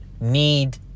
need